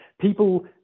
people